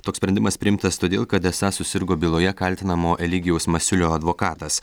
toks sprendimas priimtas todėl kad esą susirgo byloje kaltinamo eligijaus masiulio advokatas